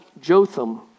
Jotham